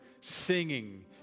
singing